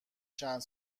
چند